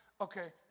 okay